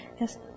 Yes